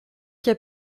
qu’il